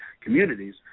communities